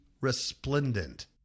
resplendent